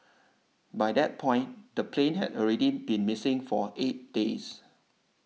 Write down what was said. by that point the plane had already been missing for eight days